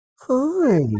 Hi